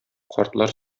картлар